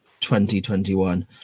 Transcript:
2021